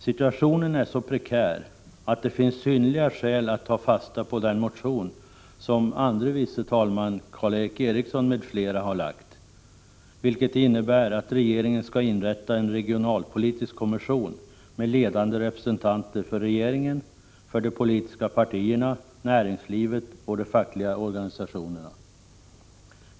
Situationen är så prekär att det finns synnerliga skäl att ta fasta på den motion som väckts av andre vice talman Karl Erik Eriksson m.fl., vilket innebär att regeringen skall inrätta en regionalpolitisk kommission med ledande representanter för regeringen, de politiska partierna, näringslivet och de fackliga organisationerna.